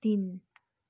तिन